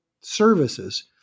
services